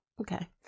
okay